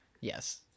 yes